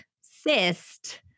cyst